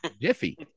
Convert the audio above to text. Jiffy